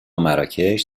مراکش